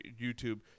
YouTube